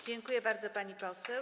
Dziękuję bardzo, pani poseł.